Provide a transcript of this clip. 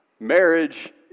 Marriage